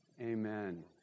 Amen